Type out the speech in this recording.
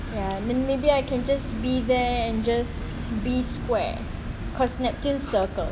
ya and then maybe I can just be there and just be square because neptune's circle